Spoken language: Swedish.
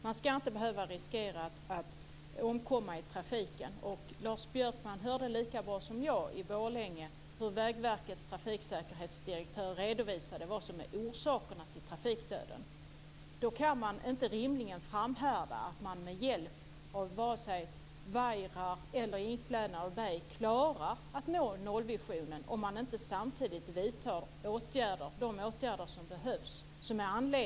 Man ska inte behöva riskera att omkomma i trafiken. Lars Björkman hörde lika bra som jag hur Vägverkets trafiksäkerhetsdirektör i Borlänge redovisade vad som är orsakerna till trafikdöden. Då går det rimligen inte att framhärda att man med hjälp av vajrar eller inklädnad av berg ska klara nollvisionen om man samtidigt inte vidtar de åtgärder som behövs.